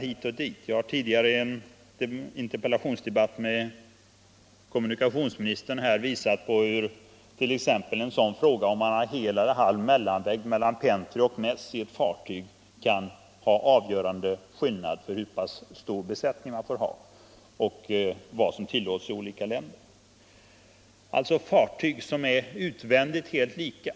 Jag har i en tidigare interpellationsdebatt med kommunikationsministern påvisat att en sådan sak som om det Nr 49 finns hel eller halv mellanvägg mellan pentry och mäss i ett fartyg kan Torsdagen den ha avgörande betydelse för hur stor besättningen skall vara och för vad 3 april 1975 som är tillåtet i olika länder. säjer Fartygen kan utvändigt vara helt lika.